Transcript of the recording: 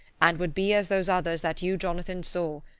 and would be as those others that you, jonathan, saw.